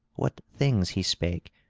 what things he spake,